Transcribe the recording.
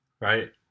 right